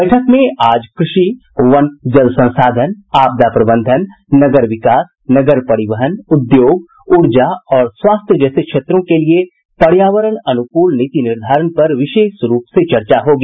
बैठक में आज कृषि वन जल संसाधन आपदा प्रबंधन नगर विकास नगर परिवहन उद्योग ऊर्जा और स्वास्थ्य जैसे क्षेत्रों के लिए पर्यावरण अनुकूल नीति निर्धारण पर विशेष रूप से चर्चा होगी